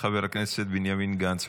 חבר הכנסת בנימין גנץ,